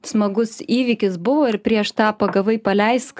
smagus įvykis buvo ir prieš tą pagavai paleisk